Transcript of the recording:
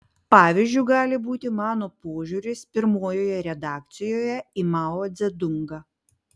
pavyzdžiu gali būti mano požiūris pirmojoje redakcijoje į mao dzedungą